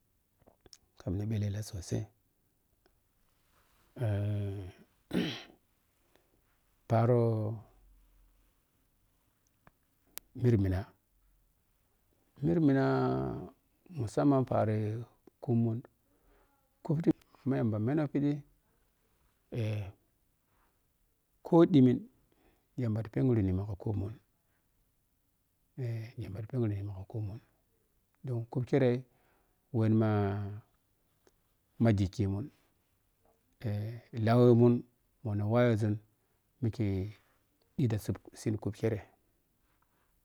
Kamni phellela sosai eh paaro mirmina mirmina mussamman paari kumnu koh ɗimmin yambati phengtine maka kummun eh yamabata phengrinema ka kumun don kup kire won ma ma ghikkimun eh laa wemen muni waye zun mike ɗititasitt slip kup kirai.